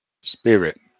spirit